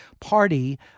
party